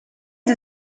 sie